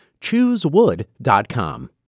Choosewood.com